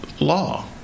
law